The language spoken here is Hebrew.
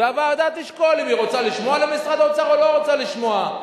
והוועדה תשקול אם היא רוצה לשמוע למשרד האוצר או לא רוצה לשמוע.